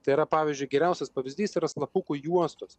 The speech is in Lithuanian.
tai yra pavyzdžiui geriausias pavyzdys yra slapukų juostos